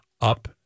up